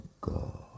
God